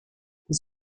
this